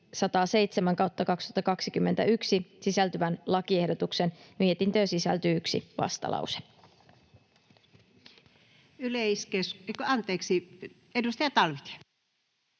207/2021 sisältyvän lakiehdotuksen. Mietintöön sisältyy yksi vastalause. Edustaja Talvitie.